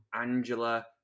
angela